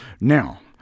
now